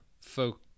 folk